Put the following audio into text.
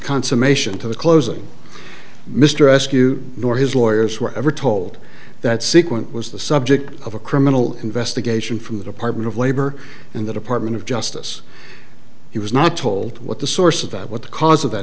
consummation to the closing mr eskew nor his lawyers were ever told that sequent was the subject of a criminal investigation from the department of labor and the department of justice he was not told what the source of that what the cause of that